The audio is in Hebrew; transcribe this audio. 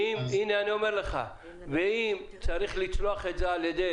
אם צריך לצלוח את זה על ידי